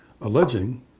alleging